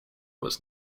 was